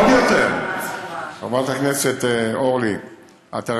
חברת הכנסת אורלי לוי אבקסיס,